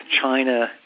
China